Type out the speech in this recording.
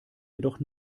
jedoch